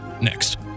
next